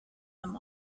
them